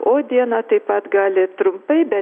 o dieną taip pat gali trumpai bet